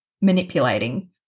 manipulating